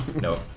No